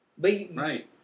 Right